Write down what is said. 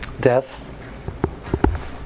death